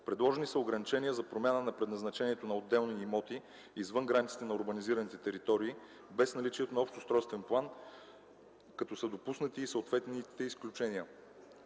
Предложени са ограничения за промяна на предназначението на отделни имоти извън границата на урбанизираните територии без наличието на общ устройствен план, като са допуснати и съответните изключения.